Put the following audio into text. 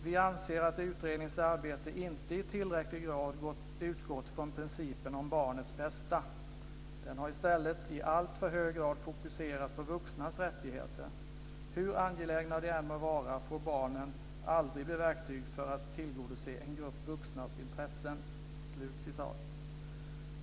"Vi anser att utredningens arbete inte i tillräcklig grad utgått från principen om barnets bästa. Den har i stället i alltför hög grad fokuserat på vuxnas rättigheter. Hur angelägna de än må vara får barnen aldrig bli verktyg för att tillgodose en grupp vuxnas intressen."